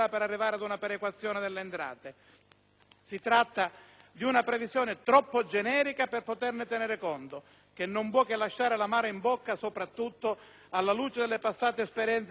Si tratta di una previsione troppo generica per poterne tenere conto, che non può che lasciare l'amaro in bocca, soprattutto alla luce delle passate esperienze che ci hanno riguardato come siciliani.